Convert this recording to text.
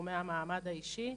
בתחומי המעמד האישי.